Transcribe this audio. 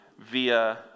via